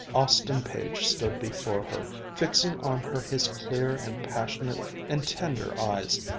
austin page stood before her, fixing on her his clear and passionate and tender eyes.